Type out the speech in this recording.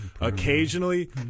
occasionally